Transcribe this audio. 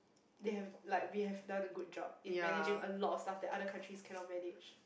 they have like we have done a good job in managing a lot of stuff that other countries cannot manage